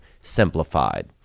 Simplified